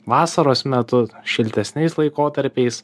vasaros metu šiltesniais laikotarpiais